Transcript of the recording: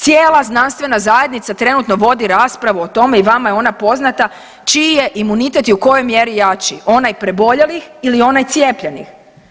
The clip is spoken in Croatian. Cijela znanstvena zajednica trenutno vodi raspravu o tome i vama je ona poznata čiji je imunitet i u kojoj mjeri jači, onaj preboljelih ili onaj cijepljenih.